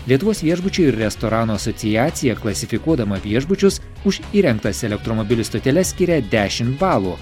lietuvos viešbučių ir restoranų asociacija klasifikuodama viešbučius už įrengtas elektromobilių stoteles skiria dešim balų